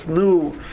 new